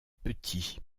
petit